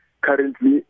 currently